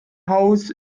haus